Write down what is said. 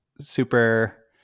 super